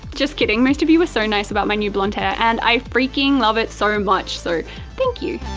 just kidding most of you were so nice about my new blonde hair and i freaking love it so much, so thank you.